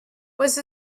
was